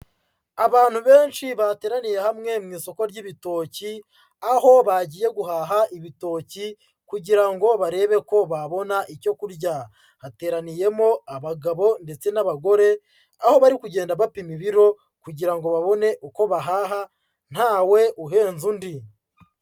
Abantu benshi bateraniye hamwe mu isoko ry'ibitoki, aho bagiye guhaha ibitoki kugira ngo barebe ko babona icyo kurya, hateraniyemo abagabo ndetse n'abagore, aho bari kugenda bapima ibiro kugira ngo babone uko bahaha ntawe uhenze undi.